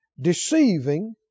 Deceiving